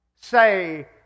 say